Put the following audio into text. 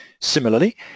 Similarly